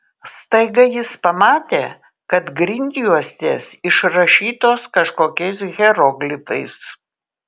staiga jis pamatė kad grindjuostės išrašytos kažkokiais hieroglifais